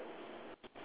ya correct